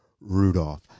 rudolph